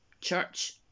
church